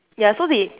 ya so they